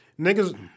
niggas